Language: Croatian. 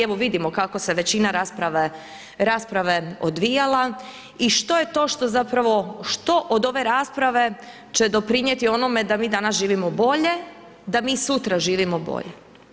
Evo, vidimo kako se većina rasprave odvijala i što je to što zapravo što od ove rasprave će doprinijeti da mi danas živimo bolje, da mi sutra živimo bolje.